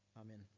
Amen